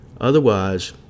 Otherwise